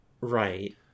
Right